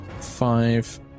five